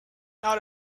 out